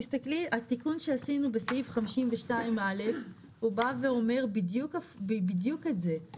תסתכלי התיקון שעשינו בסעיף 52 א' הוא בא ואומר בדיוק את זה,